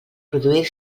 produir